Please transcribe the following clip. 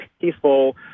peaceful